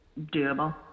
doable